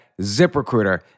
ZipRecruiter